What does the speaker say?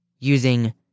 Using